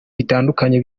bitandukanye